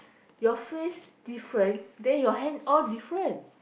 your face different then your hand all different